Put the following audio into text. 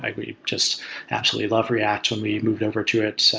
like we just absolutely love react when we moved over to it.